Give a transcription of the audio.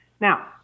Now